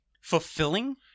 fulfilling